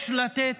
מנסור,